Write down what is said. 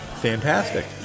Fantastic